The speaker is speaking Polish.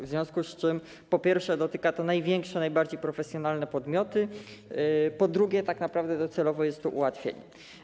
W związku z tym, po pierwsze, dotyka to największych, najbardziej profesjonalnych podmiotów, a po drugie, tak naprawdę docelowo jest to ułatwienie.